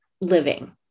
living